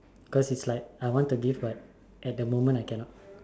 cause is like I want to give but at that moment I cannot